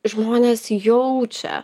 žmonės jaučia